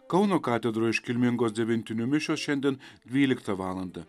kauno katedroj iškilmingos devintinių mišios šiandien dvyliktą valandą